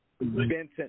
Vincent